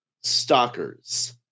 stalkers